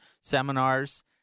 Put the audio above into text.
seminars